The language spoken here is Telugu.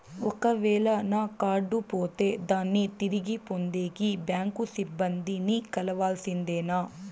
ఒక వేల నా కార్డు పోతే దాన్ని తిరిగి పొందేకి, బ్యాంకు సిబ్బంది ని కలవాల్సిందేనా?